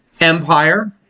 Empire